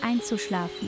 einzuschlafen